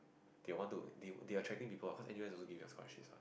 they want to they they are tracking people N_U_S also given scholarship